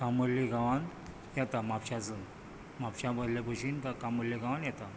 कामुर्लीं गांवांत येता म्हापश्या सून म्हापशां बसले बशींत कामुर्ली गांवांत येतात